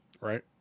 Right